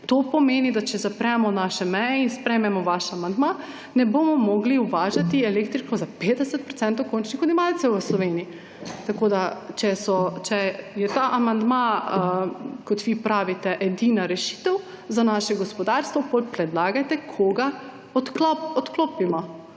To pomeni, da če zapremo naše meje in sprejmemo vaš amandma, ne bomo mogli uvažati elektrike za 50 % končnih odjemalcev v Sloveniji. Če je ta amandma, kot vi pravite, edina rešitev za naše gospodarstvo, potem predlagajte, koga odklopimo.